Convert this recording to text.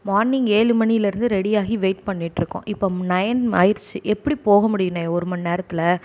morning ஏழு மணிலேருந்து ready ஆகி வெயிட் பண்ணிட்டிருக்கோம் இப்போ நைன் ஆகிடுச்சி எப்படி போக முடியுண்ணே ஒரு மணிநேரத்துல